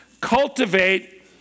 cultivate